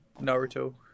Naruto